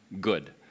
good